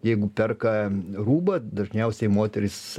jeigu perka rūbą dažniausiai moterys